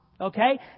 Okay